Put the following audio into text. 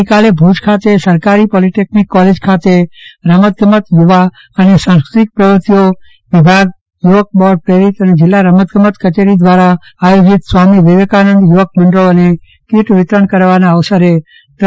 ગઈકાલે ભુજ ખાતે સરકારી પોલીટેકનીક કોલેજ ખાતે રમતગમત યુવા અને સાંસ્ક્રતિક પ્રવૃતિઓ વિભાગ યુવક બોર્ડ પ્રેરિત અને જિલ્લા રમતગમત કચેરી દ્વારા આયોજિત સ્વામિ વિવેકાનંદ યુવક મંડળોને કીટ વિતરણ કરવાના અવસરે રૂ